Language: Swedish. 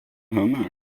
hummer